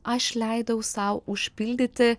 aš leidau sau užpildyti